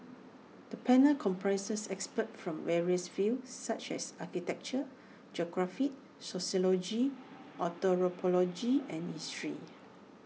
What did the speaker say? the panel comprises experts from various fields such as architecture geography sociology anthropology and history